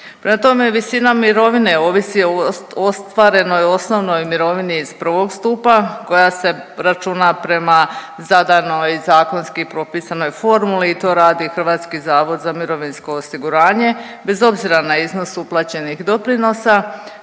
Prema tome, visina mirovina ovisi o ostvarenoj osnovnoj mirovini iz I. stupa koja se računa prema zadanoj zakonski propisanoj formuli i to radi HZMO bez obzira na iznos uplaćenih doprinosa,